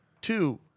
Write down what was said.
two